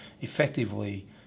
effectively